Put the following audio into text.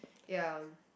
ya